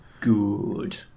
Good